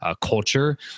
culture